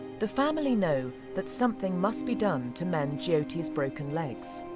the family know that something must be done to mend jyoti's broken legs.